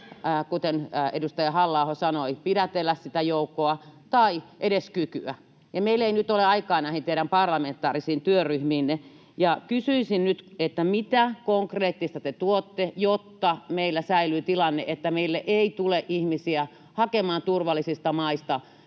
kuten edustaja Halla-aho sanoi, pidätellä sitä joukkoa — tai edes kykyä. Meillä ei nyt ole aikaa näihin teidän parlamentaarisiin työryhmiinne. Kysyisin nyt: Mitä konkreettista te tuotte, jotta meillä säilyy tilanne, että meille ei tule ihmisiä hakemaan turvallisista maista